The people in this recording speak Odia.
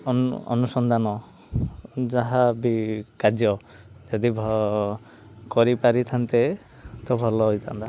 ଅନୁସନ୍ଧାନ ଯାହା ବି କାର୍ଯ୍ୟ ଯଦି କରିପାରିଥାନ୍ତେ ତ ଭଲ ହୋଇଥାନ୍ତା